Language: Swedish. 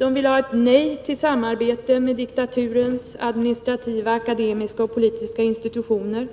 Man vill ha ett nej till samarbete med diktaturens administrativa, akademiska och politiska institutioner.